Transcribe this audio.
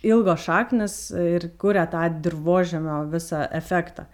ilgos šaknys ir kuria tą dirvožemio visą efektą